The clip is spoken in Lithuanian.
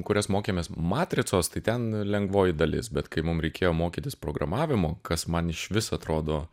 kurias mokėmės matricos tai ten lengvoji dalis bet kai mum reikėjo mokytis programavimo kas man išvis atrodo